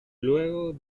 luego